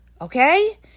Okay